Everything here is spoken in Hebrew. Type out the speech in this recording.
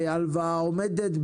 בהלוואה עומדת,